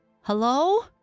Hello